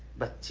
but.